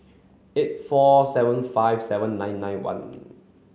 eight four seven five seven nine nine one